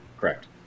Correct